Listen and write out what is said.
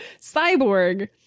cyborg